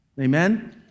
Amen